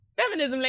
feminism